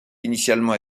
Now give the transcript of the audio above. initialement